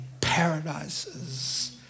paradises